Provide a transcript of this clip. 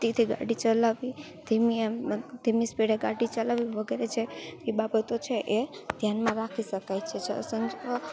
થી ગાડી ચલાવવી ધીમી એ ધીમી સ્પીડે ગાડી ચલાવવી વગેરે જેવી બાબતો છે એ ધ્યાનમાં રાખી શકાય છે શાંતિ